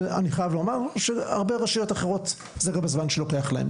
שאני חייב לומר שהרבה רשויות אחרות זה גם הזמן שלוקח להם,